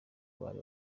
bari